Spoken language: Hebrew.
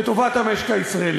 לטובת המשק הישראלי.